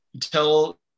tell